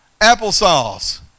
applesauce